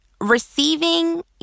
receiving